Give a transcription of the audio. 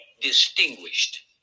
distinguished